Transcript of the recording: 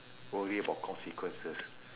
worry about consequences